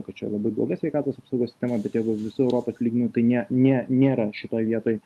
kad čia labai bloga sveikatos apsaugos sistema bet jeigu visu europos lygmeniu tai ne ne nėra šitoj vietoj